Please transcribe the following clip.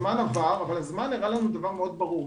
הזמן עבר, אבל הזמן הראה לנו דבר מאוד ברור.